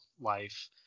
life